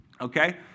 Okay